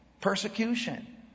Persecution